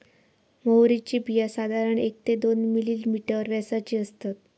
म्होवरीची बिया साधारण एक ते दोन मिलिमीटर व्यासाची असतत